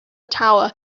tower